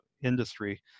industry